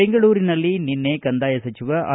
ಬೆಂಗಳೂರಿನಲ್ಲಿ ನಿನ್ನೆ ಕಂದಾಯ ಸಚಿವ ಆರ್